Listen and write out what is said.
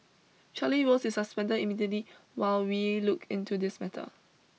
Charlie Rose is suspended immediately while we look into this matter